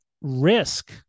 risk